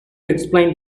explain